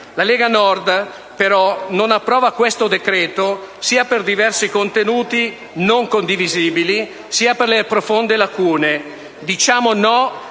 La Lega Nord, però, non approva questo decreto-legge, sia per diversi contenuti non condivisibili, sia per le sue profonde lacune.